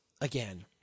again